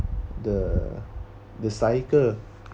the the cycle